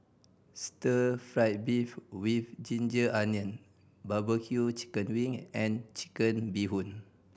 stir fried beef with ginger onion barbecue chicken wing and Chicken Bee Hoon